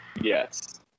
yes